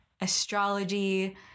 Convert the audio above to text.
astrology